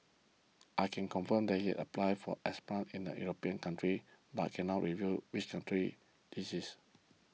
I can confirm he has applied for asylum in a European country but I cannot reveal which country this is